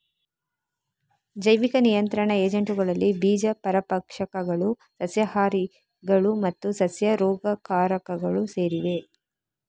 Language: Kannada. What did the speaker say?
ಜೈವಿಕ ನಿಯಂತ್ರಣ ಏಜೆಂಟುಗಳಲ್ಲಿ ಬೀಜ ಪರಭಕ್ಷಕಗಳು, ಸಸ್ಯಹಾರಿಗಳು ಮತ್ತು ಸಸ್ಯ ರೋಗಕಾರಕಗಳು ಸೇರಿವೆ